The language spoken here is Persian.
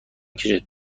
کشد